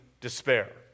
despair